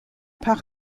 par